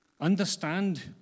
understand